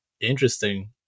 interesting